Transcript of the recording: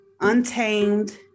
untamed